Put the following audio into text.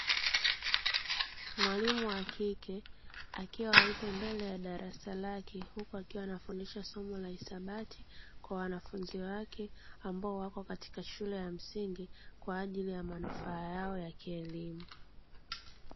Mwalimu wa kike akiwa yupo mbele ya darasa lake huku akiwa anafundisha somo la hisabati kwa wanafunzi wake ambao wako katika shule ya msingi kwa ajili manufaa yao ya kielimu.